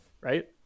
right